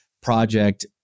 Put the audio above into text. project